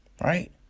Right